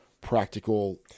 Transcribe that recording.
practical